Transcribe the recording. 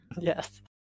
Yes